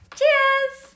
Cheers